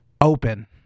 Open